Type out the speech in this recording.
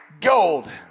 gold